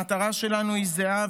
המטרה שלנו היא זהה,